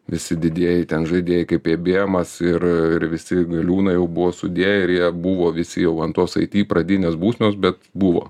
visi didieji ten žaidėjai kaip ėbiemas ir ir visi galiūnai jau buvo sudėję ir jie buvo visi jau ant tos it pradinės būsenos bet buvo